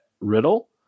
riddle